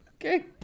okay